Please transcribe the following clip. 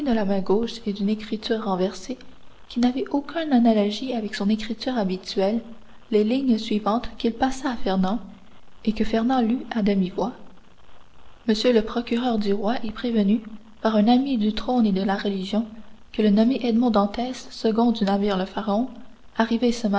la main gauche et d'une écriture renversée qui n'avait aucune analogie avec son écriture habituelle les lignes suivantes qu'il passa à fernand et que fernand lut à demi-voix monsieur le procureur du roi est prévenu par un ami du trône et de la religion que le nommé edmond dantès second du navire le